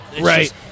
Right